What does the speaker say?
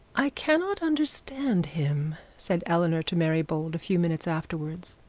i cannot understand him said eleanor to mary bold, a few minutes afterwards.